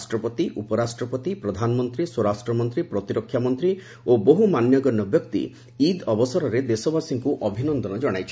ରାଷ୍ଟ୍ରପତି ଉପରାଷ୍ଟ୍ରପତି ପ୍ରଧାନମନ୍ତ୍ରୀ ସ୍ୱରାଷ୍ଟ୍ର ମନ୍ତ୍ରୀ ପ୍ରତିରକ୍ଷା ମନ୍ତ୍ରୀ ଓ ବହୁ ମାନ୍ୟଗଣ୍ୟ ବ୍ୟକ୍ତି ଇଦ୍ ଅବସରରେ ଦେଶବାସୀଙ୍କୁ ଅଭିନନ୍ଦନ ଜଣାଇଛନ୍ତି